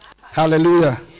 Hallelujah